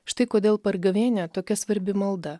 štai kodėl per gavėnią tokia svarbi malda